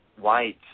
white